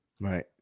Right